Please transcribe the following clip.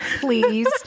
please